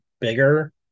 bigger